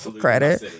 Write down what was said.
credit